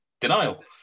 Denial